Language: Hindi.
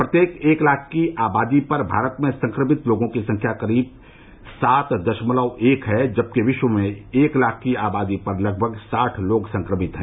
प्रत्येक एक लाख की आबादी पर भारत में संक्रमित लोगों की संख्या करीब सात दशमलव एक है जबकि विश्व में एक लाख की आबादी पर लगभग साठ लोग संक्रमित हैं